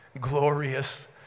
Glorious